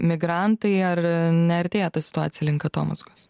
migrantai ar neartėja ta situacija link atomazgos